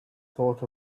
thought